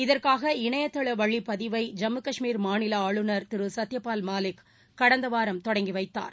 இதற்காக இணையதள வழி பதிவை ஜம்மு கஷ்மீர் மாநில ஆளுநர் திரு சத்யபால் மாலிக் கடந்த வாரம் தொடங்கி வைத்தார்